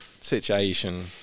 situation